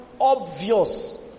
obvious